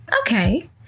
okay